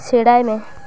ᱥᱮᱬᱟᱭᱢᱮ